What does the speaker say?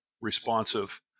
responsive